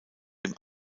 dem